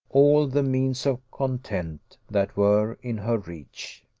all the means of content that were in her reach.